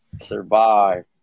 survive